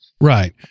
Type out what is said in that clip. Right